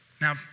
Now